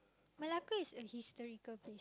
Malacca is a historical place